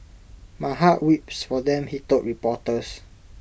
my heart weeps for them he told reporters